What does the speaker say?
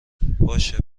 باشه